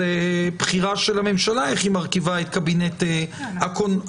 זאת בחירה של הממשלה איך היא מרכיבה את קבינט הקורונה,